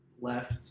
left